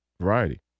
variety